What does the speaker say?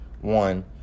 one